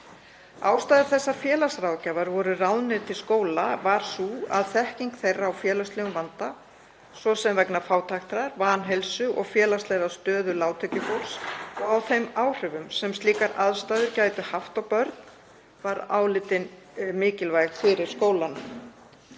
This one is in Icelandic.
Ástæða þess að félagsráðgjafar voru ráðnir til skóla var sú að þekking þeirra á félagslegum vanda, svo sem vegna fátæktar, vanheilsu og félagslegrar stöðu lágtekjufólks, og á þeim áhrifum sem slíkar aðstæður gætu haft á börn, var álitin mikilvæg fyrir skólann.